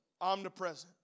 Omnipresent